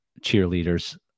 cheerleaders